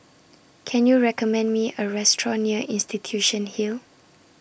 Can YOU recommend Me A Restaurant near Institution Hill